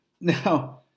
Now